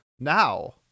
Now